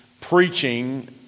preaching